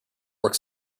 work